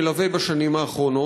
מלווה בשנים האחרונות.